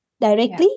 directly